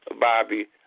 Bobby